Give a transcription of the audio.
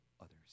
others